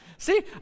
See